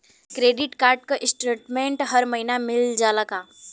Credit card क statement हर महिना मिल जाला का?